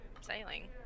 sailing